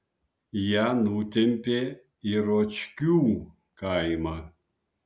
ją nutempė į ročkių kaimą